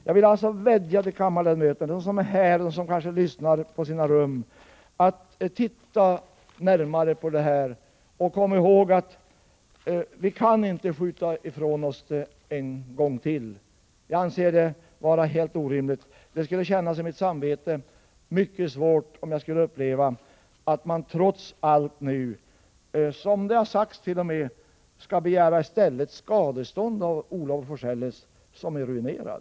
Jag vill vädja till alla kammarens ledamöter om att de skall studera den här saken närmare. Vi skall komma ihåg att vi inte kan skjuta ifrån oss denna fråga ännu en gång — något sådant anser jag skulle vara helt orimligt. Det skulle kännas mycket svårt för mig om vi fick uppleva att man t.o.m. skall begära skadestånd av Olof af Forselles, som är ruinerad.